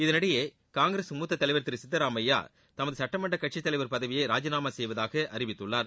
இதனிடையே காங்கிரஸ் மூத்த தலைவர் திரு சித்தராமைய்யா தமது சட்டமன்ற கட்சித் தலைவர் பதவியை ராஜினாமா செய்வதாக அறிவித்துள்ளார்